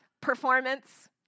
performance